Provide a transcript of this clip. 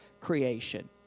creation